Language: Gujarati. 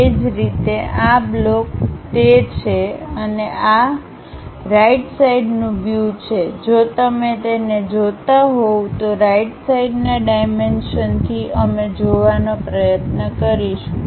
એ જ રીતે આ બ્લોક તે છે અને આ તે છે અને રાઈટ સાઈડનું વ્યૂ છે જો તમે તેને જોતા હોવ તો રાઈટ સાઈડના ડાઈમેન્શનથી અમે જોવાનો પ્રયત્ન કરીશું